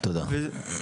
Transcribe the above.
תודה.